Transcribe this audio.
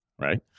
right